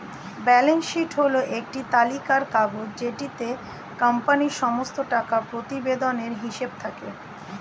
balance sheet হল একটি তালিকার কাগজ যেটিতে কোম্পানির সমস্ত টাকা প্রতিবেদনের হিসেব থাকে